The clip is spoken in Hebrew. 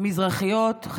המזרחיות ברובן,